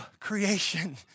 creation